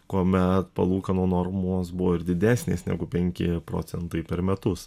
kuomet palūkanų normos buvo ir didesnės negu penki procentai per metus